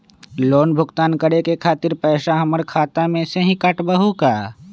Loan भुगतान करे के खातिर पैसा हमर खाता में से ही काटबहु का?